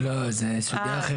זוהי סוגיה אחרת.